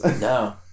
no